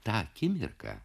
tą akimirką